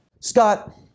Scott